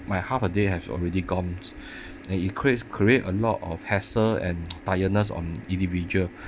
my half a day has already gone and it creates create a lot of hassle and tiredness on individual